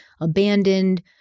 abandoned